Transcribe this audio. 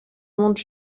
monde